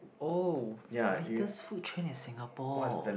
oh latest food trend in Singapore